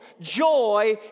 joy